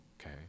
okay